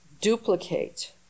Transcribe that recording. duplicate